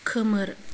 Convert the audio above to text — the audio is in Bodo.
खोमोर